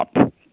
up